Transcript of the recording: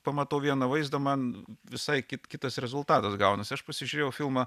pamatau vieną vaizdą man visai kit kitas rezultatas gaunasi aš pasižiūrėjau filmą